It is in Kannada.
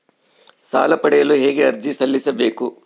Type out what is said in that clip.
ಸಾಲ ಪಡೆಯಲು ಹೇಗೆ ಅರ್ಜಿ ಸಲ್ಲಿಸಬೇಕು?